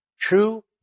true